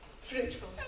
fruitful